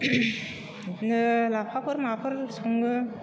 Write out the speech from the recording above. ओंखायनो लाफाफोर माफोर संनो